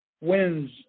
winds